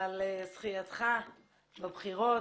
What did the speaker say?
על זכייתך בבחירות.